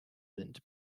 sind